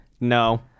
No